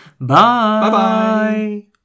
bye